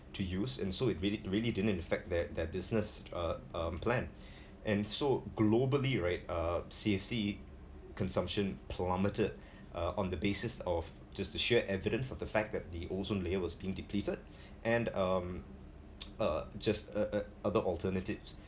to use and so it really it really didn't effect that their business uh uh plan and so globally right uh C_F_C consumption plummeted uh on the basis of just to share evidence of the fact that the ozone layer was being depleted and um uh just ot~ ot~ other alternatives